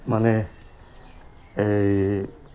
মানে এই